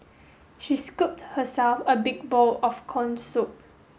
she scooped herself a big bowl of corn soup